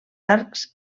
arcs